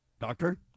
Doctor